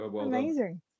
Amazing